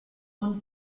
und